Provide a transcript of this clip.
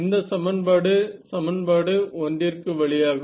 இந்த சமன்பாடு சமன்பாடு 1 க்கு வழியாகும்